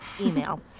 email